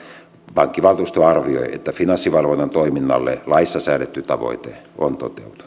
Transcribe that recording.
pankkivaltuusto arvioi että finanssivalvonnan toiminnalle laissa säädetty tavoite on toteutunut